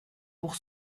pour